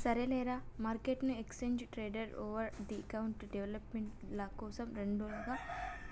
సరేలేరా, మార్కెట్ను exchange traded over the counter derivative ల కోసం రెండుగా